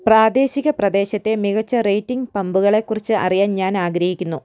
പ്രാദേശികപ്രദേശത്തെ മികച്ച റേറ്റിംഗ് പമ്പുകളെക്കുറിച്ച് അറിയാൻ ഞാനാഗ്രഹിക്കുന്നു